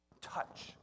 touch